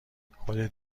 خودت